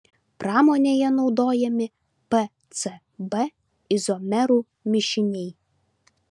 pramonėje naudojami pcb izomerų mišiniai